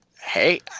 Hey